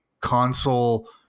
console